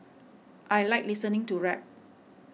I like listening to rap